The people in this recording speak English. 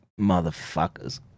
motherfuckers